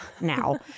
now